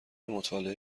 مطالعه